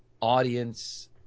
audience